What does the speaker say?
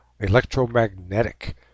electromagnetic